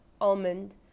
almond